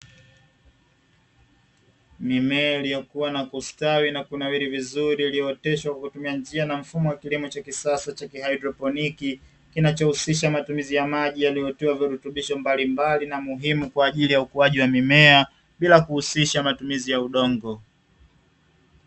Mimea iliyokua, na kustawi na kunawiri vizuri, iliyooteshwa kwa kutumia njia na mfumo wa kilimo cha kisasa cha kihaidroponi, kinachohusisha matumizi ya maji yaliyotiwa virutubisho mbalimbali na muhimu kwa ajili ya ukuaji wa mimea bila kuhusisha matumizi ya udongo.